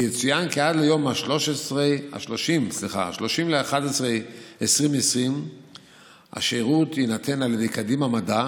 יצוין כי עד ליום 30 בנובמבר 2020 השירות יינתן על ידי "קדימה מדע",